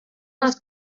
els